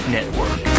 Network